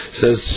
says